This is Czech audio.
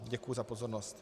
Děkuji za pozornost.